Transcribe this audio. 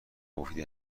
مفیدی